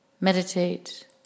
Meditate